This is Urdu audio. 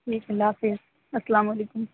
ٹھیک اللہ حافظ السّلام علیکم